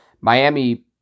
Miami